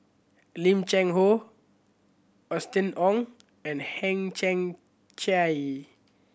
Lim Cheng Hoe Austen Ong and Hang Chang Chieh